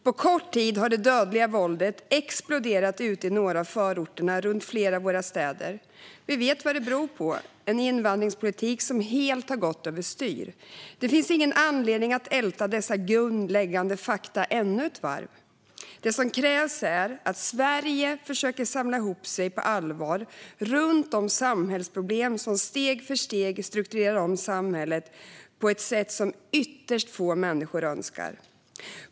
På kort tid har det dödliga våldet exploderat ute i några av förorterna runt flera av våra städer. Vi vet vad det beror på: en invandringspolitik som helt har gått över styr. Det finns ingen anledning att älta dessa grundläggande fakta ännu ett varv. Det som krävs är att Sverige försöker samla ihop sig på allvar runt de samhällsproblem som steg för steg strukturerar om samhället på ett sätt som ytterst få människor önskar.